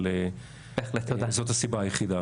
אבל זאת הסיבה היחידה.